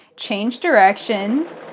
change direction,